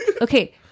Okay